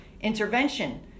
intervention